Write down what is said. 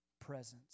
presence